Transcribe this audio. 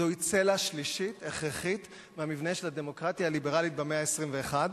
זוהי צלע שלישית הכרחית במבנה של הדמוקרטיה הליברלית במאה ה-21.